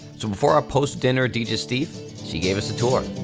so before our post dinner digestif she gave us a tour.